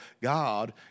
God